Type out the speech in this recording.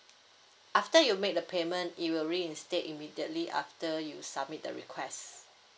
after you make the payment it will reinstate immediately after you submit the request